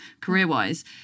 career-wise